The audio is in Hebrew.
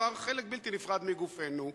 שפועלת בניגוד לאינטרס הלאומי שלנו,